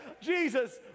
Jesus